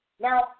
Now